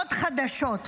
עוד חדשות,